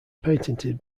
patented